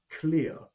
clear